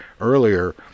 earlier